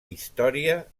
història